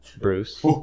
Bruce